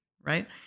right